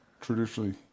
traditionally